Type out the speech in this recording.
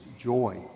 joy